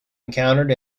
encountered